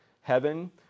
heaven